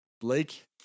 Blake